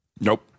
Nope